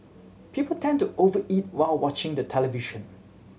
people tend to over eat while watching the television